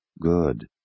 good